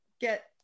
get